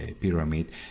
pyramid